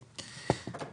דתית.